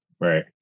Right